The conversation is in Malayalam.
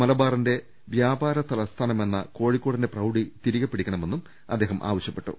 മലബാറിന്റെ വ്യാപാര തല സ്ഥാനമെന്ന കോഴിക്കോടിന്റെ പ്രൌഢി തിരികെ പിടിക്കണമെന്നും അദ്ദേഹം ആവശ്യപ്പെട്ടു